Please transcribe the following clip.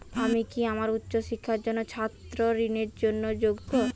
আমি কি আমার উচ্চ শিক্ষার জন্য ছাত্র ঋণের জন্য যোগ্য?